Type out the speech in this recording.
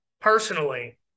personally